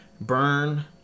Burn